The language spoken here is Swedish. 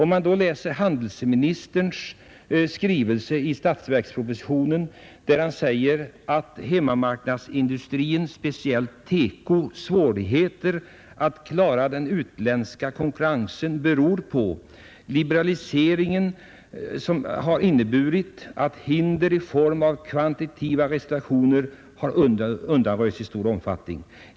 Men handelsministern ger i statsverkspropositionen följande förklaring till hemmamarknadsindustrins och speciellt TEKO-industrins svårigheter att klara den utländska konkurrensen: ”Liberaliseringen har inneburit att hinder i form av kvantitativa restriktioner och tullar undanröjts i stor omfattning.